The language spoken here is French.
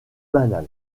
banal